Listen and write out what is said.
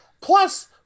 plus